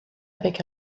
avec